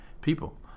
people